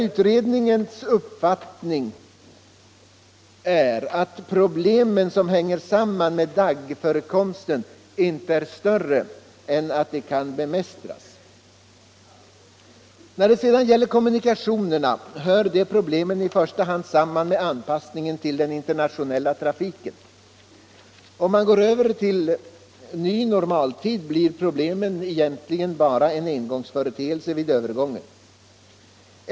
Utredningens uppfattning är att problemen som hänger samman med daggförekomsten inte är större än att de kan bemästras. När det gäller kommunikationerna hör de problemen i första hand samman med anpassningen till den internationella trafiken. Om man går över till ny normaltid blir de problemen egentligen bara en engångsföreteelse vid övergången.